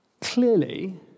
clearly